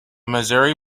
missouri